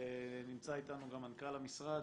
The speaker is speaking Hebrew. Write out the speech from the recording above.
נמצא איתנו גם מנכ"ל המשרד.